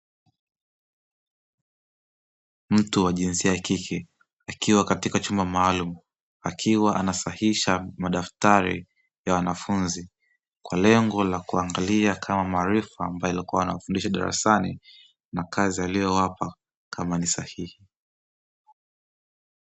Mtu wa jinsia ya kike akiwa katika chumba maalumu, akiwa anasahihisha madaftari ya wanafunzi, kwa lengo la kuangalia kama maarifa ambayo alikuwa anawafundisha darasani na kazi aliyowapa kama ni sahihi.